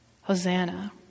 Hosanna